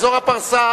אזור הפרסה